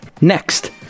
next